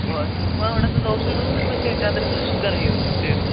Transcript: ସେ ଧୂଆଁ ଗୁଡ଼ା ତ ଦେଉଛନ୍ତି ଦେଉଛନ୍ତି ଫୁଣି ସେ ତା ଦେହରେ ଫୁଣି ସୁଗାର ହୋଇଯାଉଛି ଦେହରେ